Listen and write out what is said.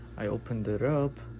i opened it up